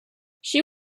she